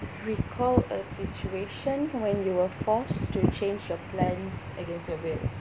recall a situation when you were forced to change your plans against your will